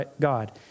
God